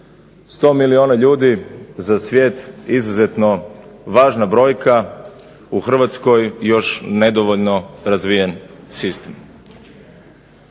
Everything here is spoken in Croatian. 100 milijuni ljudi za svijet izuzetno važna brojka, u Hrvatskoj još nedovoljno razvijen sistem.